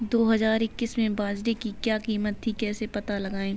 दो हज़ार इक्कीस में बाजरे की क्या कीमत थी कैसे पता लगाएँ?